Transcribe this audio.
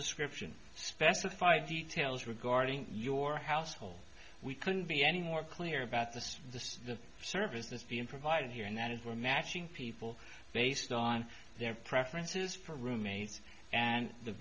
description specify details regarding your household we couldn't be any more clear about this the services being provided here and that is we're matching people based on their preferences for roommates and the